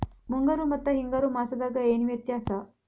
ಮುಂಗಾರು ಮತ್ತ ಹಿಂಗಾರು ಮಾಸದಾಗ ಏನ್ ವ್ಯತ್ಯಾಸ?